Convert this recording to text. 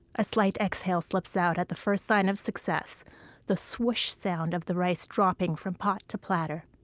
a slight exhale slips out at the first sign of success the swoosh sound of the rice dropping from pot to platter.